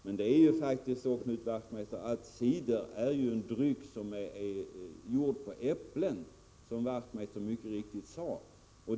Men cider är ju en dryck som är gjord på äpplen, vilket Knut Wachtmeister mycket riktigt sade.